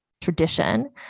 tradition